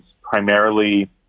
primarily